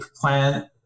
plan